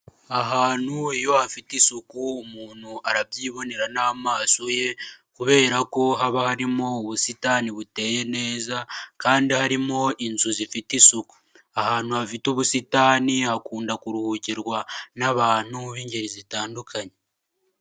Ahantu iyo afite isuku umuntu arabyibonera n'amaso ye kubera ko haba harimo ubusitani buteye neza kandi harimo inzu zifite isuku; ahantu hafite ubusitani hakunda kuruhukirwa n'abantu b'ingeri zitandukanye.